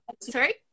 sorry